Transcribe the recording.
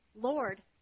Lord